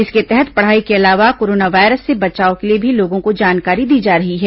इसके तहत पढ़ाई के अलावा कोरोना वायरस से बचाव के लिए भी लोगों को जानकारी दी जा रही है